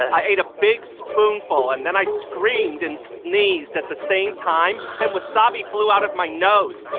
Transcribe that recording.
i ate a big spoonful, and then i screamed and sneezed at the same time. and wasabi flew out of my nose.